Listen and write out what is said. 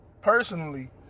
personally